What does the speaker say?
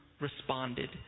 responded